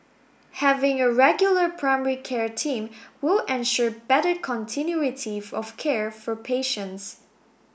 having a regular primary care team will ensure better continuity if of care for patients